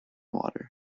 water